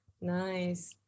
Nice